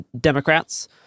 Democrats